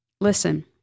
listen